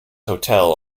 hotel